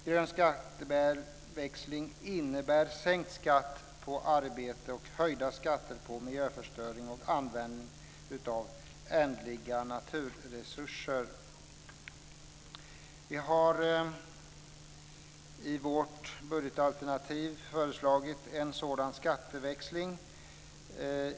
Grön skatteväxling innebär sänkt skatt på arbete och höjda skatter på miljöförstöring och användning av ändliga naturresurser. Vi har i vårt budgetalternativ föreslagit en sådan skatteväxling.